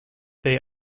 they